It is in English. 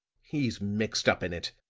he's mixed up in it,